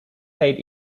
played